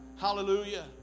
Hallelujah